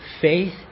faith